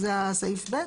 זה סעיף (ב).